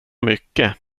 mycket